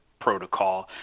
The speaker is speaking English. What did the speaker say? protocol